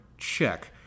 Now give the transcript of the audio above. check